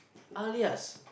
alias